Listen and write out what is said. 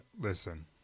listen